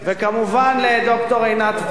וכמובן לד"ר עינת וילף.